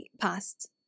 past